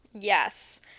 Yes